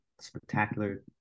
spectacular